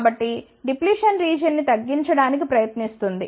కాబట్టి depletion region ని తగ్గించడానికి ప్రయత్నిస్తుంది